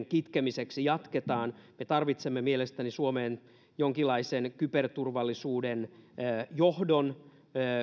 kitkemiseksi jatketaan me tarvitsemme mielestäni suomeen jonkinlaisen kyberturvallisuuden johdon